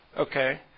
Okay